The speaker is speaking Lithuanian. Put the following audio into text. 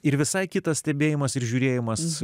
ir visai kitas stebėjimas ir žiūrėjimas